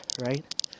right